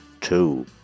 two